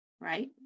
Right